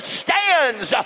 stands